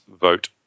vote